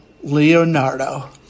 Leonardo